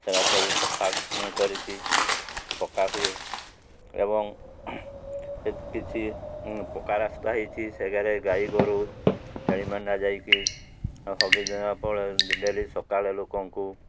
ସେରା ସବୁ ସଫା ମୁଁ କରିଛି ପକ୍କା ହୁଏ ଏବଂ କିଛି ପକ୍କା ରାସ୍ତା ହେଇଛି ସେଗାରେ ଗାଈ ଗୋରୁ ଛେଳି ମାନେ ଯାଇକି ହଗିଦେବା ପରେ ସକାଳ ଲୋକଙ୍କୁ